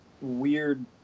weird